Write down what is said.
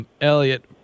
Elliot